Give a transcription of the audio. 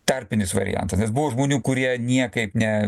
tarpinis variantas nes buvo žmonių kurie niekaip ne